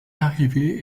arrivé